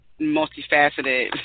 multifaceted